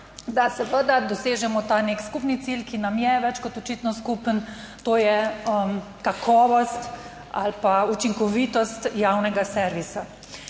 da seveda dosežemo ta nek skupni cilj, ki nam je več kot očitno skupen, to je kakovost ali pa učinkovitost javnega servisa.